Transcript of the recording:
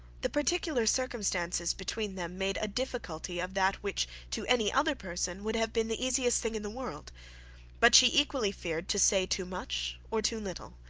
the particular circumstances between them made a difficulty of that which to any other person would have been the easiest thing in the world but she equally feared to say too much or too little,